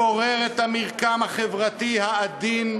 לפורר את המרקם החברתי העדין,